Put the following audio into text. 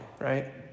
right